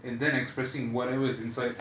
and then expressing whatever is inside